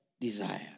desire